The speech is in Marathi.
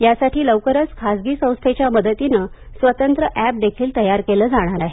यासाठी लवकरच खासगी संस्थेच्या मदतीनं स्वतंत्र एपदेखील तयार केलं जाणार आहे